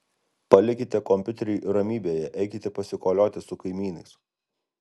palikite kompiuterį ramybėje eikite pasikolioti su kaimynais